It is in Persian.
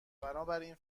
بنابراین